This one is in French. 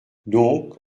donc